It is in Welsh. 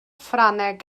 ffrangeg